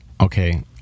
Okay